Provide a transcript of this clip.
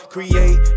Create